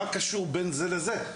מה קשור בין זה לזה?